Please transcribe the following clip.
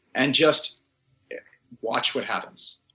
and just watch what happens.